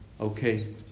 okay